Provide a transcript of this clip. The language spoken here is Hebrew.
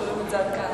שומעים את זה עד כאן.